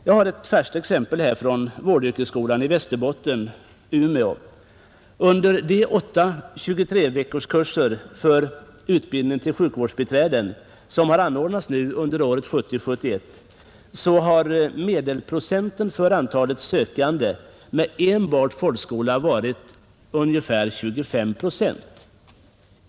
Jag har ett färskt exempel från vårdyrkesskolan i Västerbotten, som ligger i Umeå. Under de åtta 23-veckorskurser för utbildning till sjukvårdsbiträden som har anordnats under året 1970/71 har medelprocenten av antalet sökande med enbart folkskola varit 25,4.